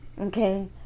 Okay